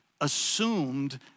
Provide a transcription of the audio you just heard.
assumed